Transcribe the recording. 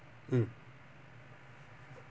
mm